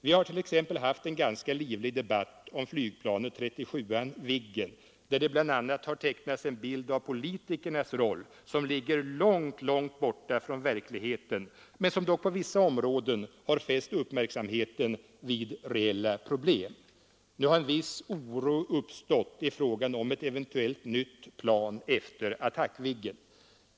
Vi har t.ex. haft en ganska livlig debatt om flygplanet 37 Viggen, där det bl.a. har tecknats en bild av politikernas roll som ligger långt borta från verkligheten men som dock på vissa områden har fäst uppmärksamheten vid reella problem. Nu har en viss oro uppstått i fråga om ett eventuellt nytt plan efter Attackviggen.